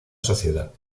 sociedad